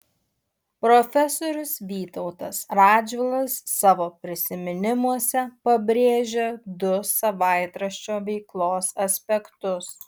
profesorius vytautas radžvilas savo prisiminimuose pabrėžia du savaitraščio veiklos aspektus